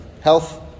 health